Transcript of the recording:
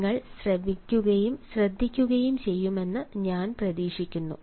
നിങ്ങൾ ശ്രവിക്കുകയും ശ്രദ്ധിക്കുകയും ചെയ്യുമെന്ന് ഞാൻ പ്രതീക്ഷിക്കുന്നു